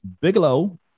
Bigelow